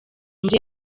muri